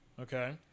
Okay